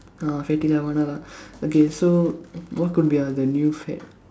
uh fatty lah வேணா:veenaa lah okay so what could be uh the new fad